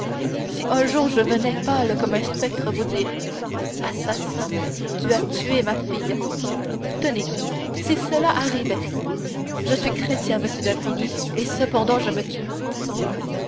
si un jour je venais pâle comme un spectre vous dire assassin tu as tué ma fille tenez si cela arrivait je suis chrétien monsieur d'avrigny et cependant je me tuerais